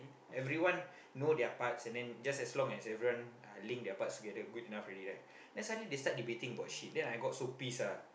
everyone know their parts and then just as long as everyone uh link their parts together good enough already right then suddenly they start debating about shit then I got so pissed ah